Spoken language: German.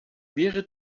wäre